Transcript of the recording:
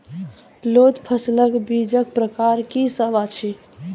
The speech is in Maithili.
लोत फसलक बीजक प्रकार की सब अछि?